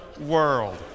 world